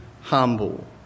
humble